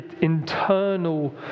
internal